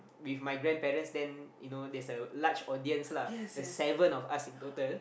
with my grandparents then you know there is a large audience lah there's seven of us in total